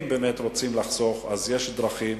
אם באמת רוצים לחסוך אז יש דרכים,